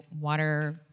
water